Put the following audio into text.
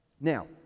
Now